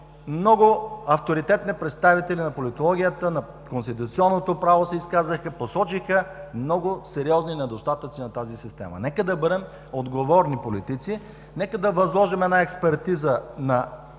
много авторитетни представители на политологията, на конституционното право се изказаха, посочиха много сериозни недостатъци на тази система. Нека да бъдем отговорни политици, нека да възложим една експертиза на